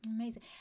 Amazing